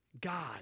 God